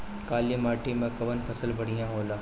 काली माटी मै कवन फसल बढ़िया होला?